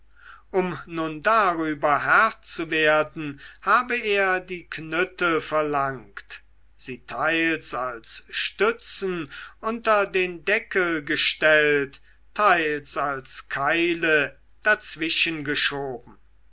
um nun darüber herr zu werden habe er die knüttel verlangt sie teils als stützen unter den deckel gestellt teils als keile